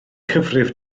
cyfrif